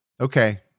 okay